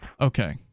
Okay